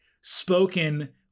spoken